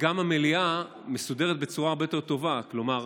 וגם המליאה מסודרת בצורה הרבה יותר טובה, כלומר,